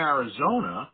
Arizona